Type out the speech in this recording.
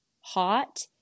hot